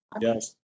yes